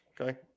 Okay